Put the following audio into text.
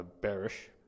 Bearish